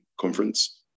conference